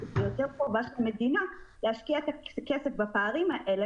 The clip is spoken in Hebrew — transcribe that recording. ויותר חובה של המדינה להשקיע את הכסף בפערים האלה,